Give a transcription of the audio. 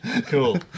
Cool